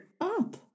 up